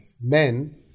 men